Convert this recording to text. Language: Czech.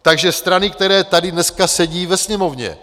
Takže strany, které tady dneska sedí ve Sněmovně.